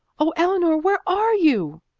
oh, eleanor, where are you?